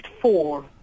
four